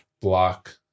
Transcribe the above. block